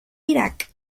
irak